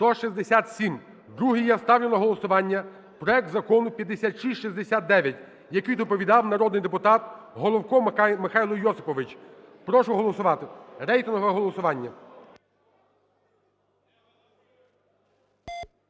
Другий я ставлю на голосування проект Закону 5669, який доповідав народний депутат Головко Михайло Йосипович. Прошу проголосувати. Рейтингове голосування.